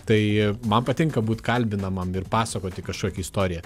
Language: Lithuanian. tai man patinka būt kalbinamam ir pasakoti kažkokią istoriją